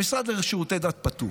המשרד לשירותי דת פטור.